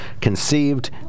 conceived